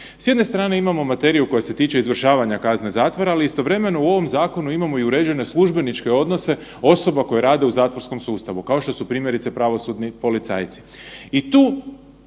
S jedne strane imamo materiju koja se tiče izvršavanja kazne zatvora, ali istovremeno imamo i uređene službeničke odnose, osoba koja rade u zatvorskom sustavu, kao što su primjerice, pravosudni policajci